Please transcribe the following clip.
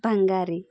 ಬಂಗಾರಿ